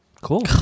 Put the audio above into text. Cool